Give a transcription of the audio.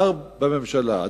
שר בממשלה,